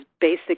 basic